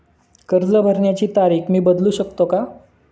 कर्ज भरण्याची तारीख मी बदलू शकतो का?